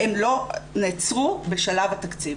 והם לא נעצרו בשלב התקציב.